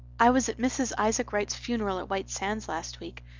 i was at mrs. isaac wrights funeral at white sands last week.